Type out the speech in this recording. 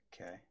okay